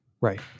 Right